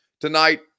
tonight